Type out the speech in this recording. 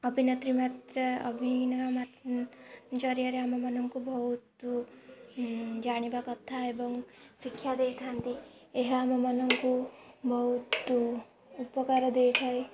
ଅଭିନେତ୍ରୀ ମାତ୍ରା ଅଭିନୟ ଜରିଆରେ ଆମମାନଙ୍କୁ ବହୁତ ଜାଣିବା କଥା ଏବଂ ଶିକ୍ଷା ଦେଇଥାନ୍ତି ଏହା ଆମମାନଙ୍କୁ ବହୁତ ଉପକାର ଦେଇଥାଏ